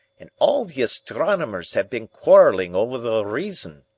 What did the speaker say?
and all the astronomers have been quarreling over the reason.